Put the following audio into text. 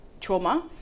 trauma